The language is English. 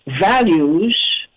values